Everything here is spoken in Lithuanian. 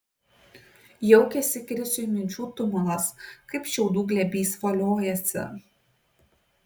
jaukiasi krisiui minčių tumulas kaip šiaudų glėbys voliojasi